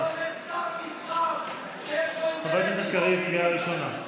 חבר הכנסת קריב, קריאה ראשונה.